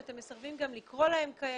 שאתם מסרבים גם לקרוא להם כך.